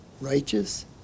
righteous